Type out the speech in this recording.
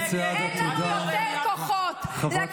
לכו הביתה.